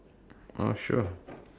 uh sure